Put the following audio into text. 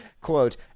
quote